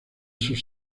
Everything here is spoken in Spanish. sus